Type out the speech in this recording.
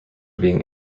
being